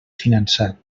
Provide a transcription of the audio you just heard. finançat